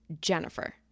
Jennifer